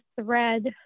thread